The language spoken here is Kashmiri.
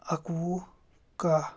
اَکوُہ کاہ